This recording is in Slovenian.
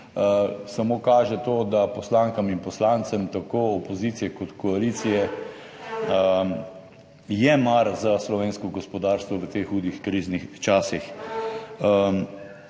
samo kaže na to, da je poslankam in poslancem tako opozicije kot koalicije mar za slovensko gospodarstvo v teh hudih kriznih časih.